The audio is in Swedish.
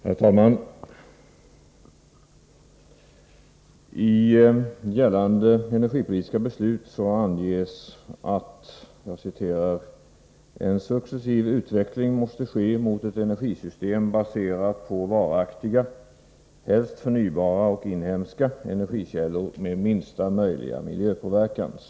Heir talman! I gällande energipolitiska beslut anges att ”en successiv utveckling måste ske mot ett energisystem baserat på varaktiga, helst förnybara och inhemska energikällor med minsta möjliga miljöpåverkan”.